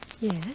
Yes